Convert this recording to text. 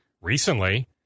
recently